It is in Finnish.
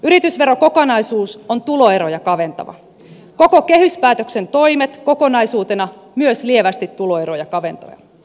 yritysverokokonaisuus on tuloeroja kaventava koko kehyspäätöksen toimet kokonaisuutena myös lievästi tuloeroja kaventavia